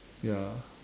ya